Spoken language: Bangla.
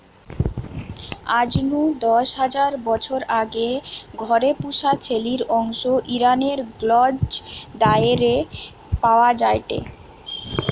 আজ নু দশ হাজার বছর আগে ঘরে পুশা ছেলির অংশ ইরানের গ্নজ দারেহে পাওয়া যায়টে